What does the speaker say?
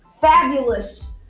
fabulous